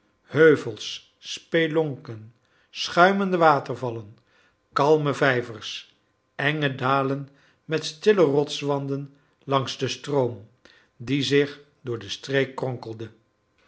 heuvels spelonken schuimende watervallen kalme vijvers enge dalen met stille rotswanden langs den stroom die zich door de streek kronkelde